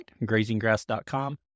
grazinggrass.com